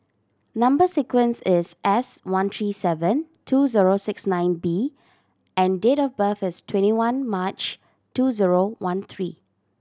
number sequence is S one three seven two zero six nine B and date of birth is twenty one March two zero one three